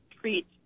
treat